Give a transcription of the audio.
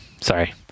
Sorry